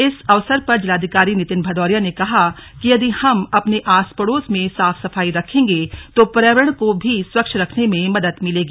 इस अवसर पर जिलाधिकारी नितिन भदौरिया ने कहा कि यदि हम अपने आस पडोस में साफ सफाई रखेंगे तो पर्यावरण को भी स्वच्छ रखने में मदद मिलेगी